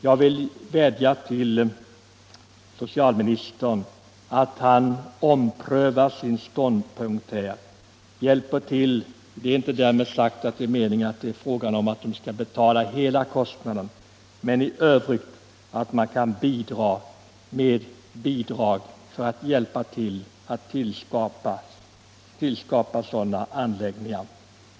Jag vill vädja till socialministern att han omprövar denna sin ståndpunkt. Det är inte fråga om att allmänna arvsfonden skall betala hela kostnaden för anskaffning och installering av förstärkaranläggningar utan bara om att ur allmänna arvsfonden bevilja bidrag till kostnaden för sådana anläggningar.